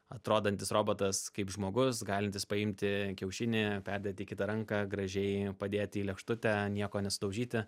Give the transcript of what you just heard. atrodantis robotas kaip žmogus galintis paimti kiaušinį perdėt į kitą ranką gražiai padėti į lėkštutę nieko nesudaužyti